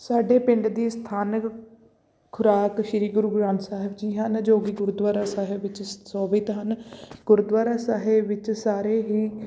ਸਾਡੇ ਪਿੰਡ ਦੀ ਸਥਾਨਕ ਖੁਰਾਕ ਸ੍ਰੀ ਗੁਰੂ ਗ੍ਰੰਥ ਸਾਹਿਬ ਜੀ ਹਨ ਜੋ ਕਿ ਗੁਰਦੁਆਰਾ ਸਾਹਿਬ ਵਿੱਚ ਸੁਸ਼ੋਭਿਤ ਹਨ ਗੁਰਦੁਆਰਾ ਸਾਹਿਬ ਵਿੱਚ ਸਾਰੇ ਹੀ